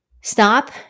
Stop